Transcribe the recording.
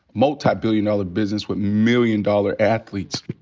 multi-billion dollar business, with million dollar athletes.